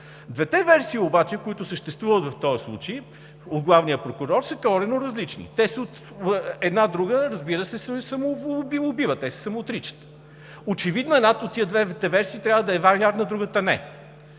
Двете версии обаче, които съществуват в този случай у главния прокурор, са коренно различни. Те една друга се самоубиват, те се самоотричат. Очевидно едната от тези двете версии трябва да е вярната, другата –